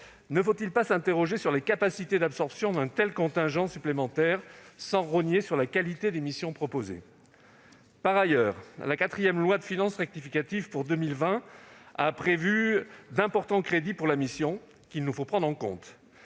ne faut-il pas s'interroger sur les capacités d'absorber un tel contingent supplémentaire sans que la qualité des missions proposées soit rognée ? Par ailleurs, la quatrième loi de finances rectificative pour 2020 a prévu d'importants crédits pour la mission, qu'il nous faut prendre en compte.